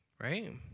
right